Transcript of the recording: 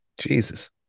Jesus